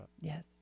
Yes